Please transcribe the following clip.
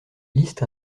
liste